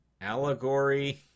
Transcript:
allegory